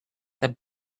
that